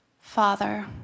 Father